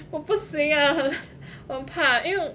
我不行啊我很怕因为我